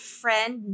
friend